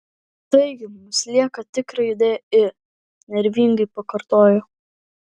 taigi mums lieka tik raidė i nervingai pakartojo